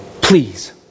Please